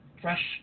fresh